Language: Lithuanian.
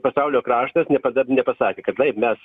pasaulio kraštas niekada nepasakė kad taip mes